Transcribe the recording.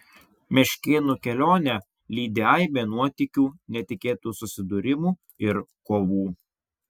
meškinų kelionę lydi aibė nuotykių netikėtų susidūrimų ir kovų